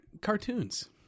cartoons